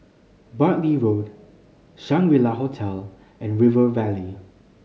Bartley Road Shangri La Hotel and River Valley